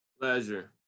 Pleasure